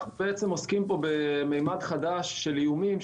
אנחנו עוסקים בממד חדש של איומים,